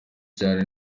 cyane